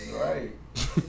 right